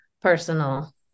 personal